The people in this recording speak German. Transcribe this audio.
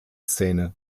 szene